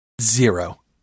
Zero